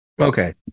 Okay